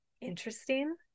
interesting